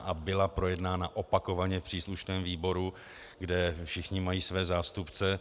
A byla projednána opakovaně v příslušném výboru, kde všichni mají své zástupce.